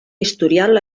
historial